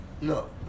No